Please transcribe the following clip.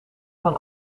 van